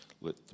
Let